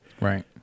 Right